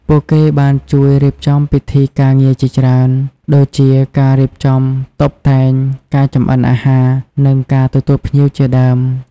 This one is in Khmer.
ពួកគេបានជួយរៀបចំពិធីការងារជាច្រើន ដូចជា ការរៀបចំតុបតែង ការចម្អិនអាហារ និង ការទទួលភ្ញៀវ ជាដើម។